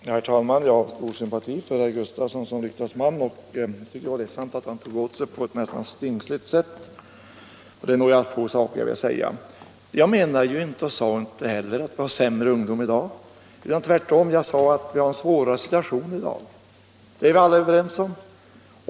Herr talman! Jag har stor sympati för herr Gustavsson i Nässjö som riksdagsman, och jag tycker det är ledsamt att han tog åt sig på ett nästan stingsligt sätt. Det är några få saker jag vill säga. Jag menar inte — och sade inte heller — att det var sämre ungdom i dag, utan jag sade tvärtom att vi har en svårare situation i dag. Det är vi alla överens om.